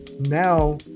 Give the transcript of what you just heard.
Now